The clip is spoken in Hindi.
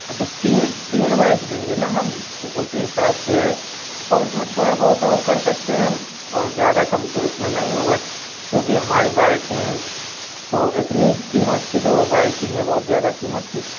हाँ तो तीन तीन बाइक देंगे न हम तो उसी हिसाब से और उसमें थोड़ा बहुत और कर सकते हैं हम और ज़्यादा कम तो इसमें नहीं होगा क्योंकि हमारी बाइक हैं तो इतनी कीमत की तो वह बाइक ही हैं बहुत ज़्यादा कीमत की